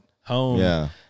home